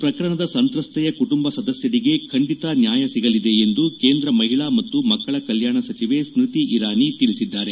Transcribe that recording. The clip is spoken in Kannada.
ಹತ್ತಾಸ್ ಪ್ರಕರಣದ ಸಂತ್ರಸ್ನೆಯ ಕುಟುಂಬ ಸದಸ್ತರಿಗೆ ಖಂಡಿತ ನ್ನಾಯ ಸಿಗಲಿದೆ ಎಂದು ಕೇಂದ್ರ ಮಹಿಳಾ ಮತ್ತು ಮಕ್ಕಳ ಕಲ್ಯಾಣ ಸಚಿವೆ ಸ್ಪ್ರತಿ ಇರಾನಿ ತಿಳಿಸಿದ್ದಾರೆ